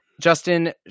Justin